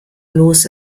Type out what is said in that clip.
los